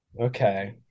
Okay